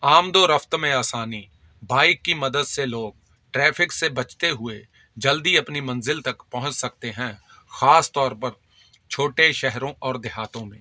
آمد و رفت میں آسانی بائک کی مدد سے لوگ ٹریفک سے بچتے ہوئے جلدی اپنی منزل تک پہنچ سکتے ہیں خاص طور پر چھوٹے شہروں اور دیہاتوں میں